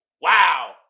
wow